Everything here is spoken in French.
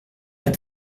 pas